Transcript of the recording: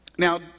Now